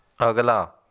ਅਗਲਾ